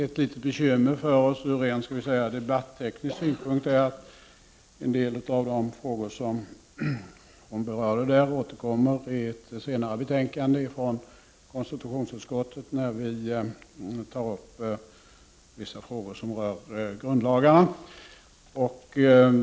Ett litet bekymmer för oss ur ren debatteknisk synpunkt är att en del av de frågor som hon berörde, nämligen grundlagarna, återkommer vi till senare vid debatten om ett annat betänkande från konstitutionsutskottet.